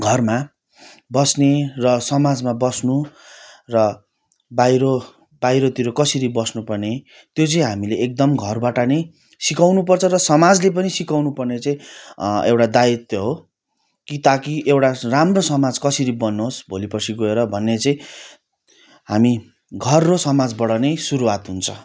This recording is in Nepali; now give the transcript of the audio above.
घरमा बस्ने र समाजमा बस्नु र बाहिर बाहिरतिर कसरी बस्नु पर्ने त्यो चाहिँ हामीले एकदम घरबाट नै सिकाउनु पर्छ र समाजले पनि सिकाउनु पर्ने चाहिँ एउटा दायित्व हो कि त कि एउटा राम्रो समाज कसरी बनोस् भोलि पर्सि गएर भन्ने चाहिँ हामी घर र समाजबाट नै सुरुवात हुन्छ